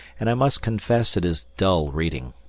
and i must confess it is dull reading.